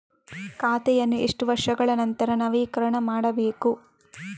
ಖಾತೆಯನ್ನು ಎಷ್ಟು ವರ್ಷಗಳ ನಂತರ ನವೀಕರಣ ಮಾಡಬೇಕು?